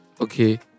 okay